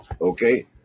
Okay